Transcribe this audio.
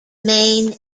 main